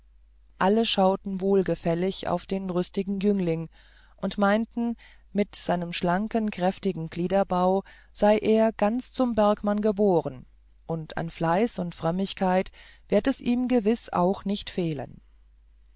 alle schauten wohlgefällig auf den rüstigen jüngling und meinten mit seinem schlanken kräftigen gliederbau sei er ganz zum bergmann geboren und an fleiß und frömmigkeit werd es ihm gewiß auch nicht fehlen